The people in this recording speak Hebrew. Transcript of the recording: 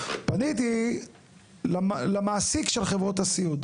פניתי למעסיק של חברות הסיעוד.